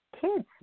kids